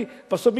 כי בסוף,